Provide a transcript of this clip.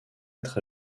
être